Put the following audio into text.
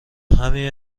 همین